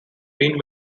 been